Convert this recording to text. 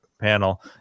panel